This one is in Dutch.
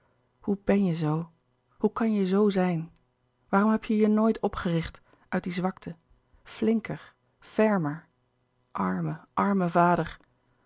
hoe ben je zoo hoe kan je zoo louis couperus de boeken der kleine zielen zijn waarom heb je je nooit opgericht uit die zwakte flinker fermer arme arme vader